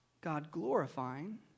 God-glorifying